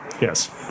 yes